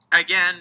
Again